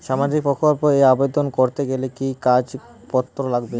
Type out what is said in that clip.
সামাজিক প্রকল্প এ আবেদন করতে গেলে কি কাগজ পত্র লাগবে?